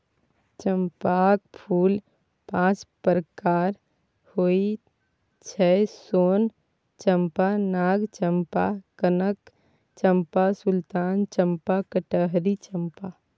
चंपाक फूल पांच प्रकारक होइ छै सोन चंपा, नाग चंपा, कनक चंपा, सुल्तान चंपा, कटहरी चंपा